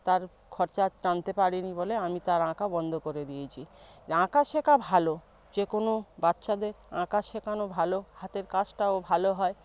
তার খরচা টানতে পারিনি বলে আমি তার আঁকা বন্ধ করে দিয়েছি আঁকা শেখা ভালো যে কোনো বাচ্চাদের আঁকা শেখানো ভালো হাতের কাজটাও ভালো হয়